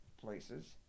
places